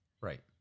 Right